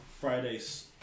Friday's